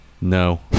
No